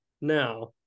now